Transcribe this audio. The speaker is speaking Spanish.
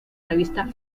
revista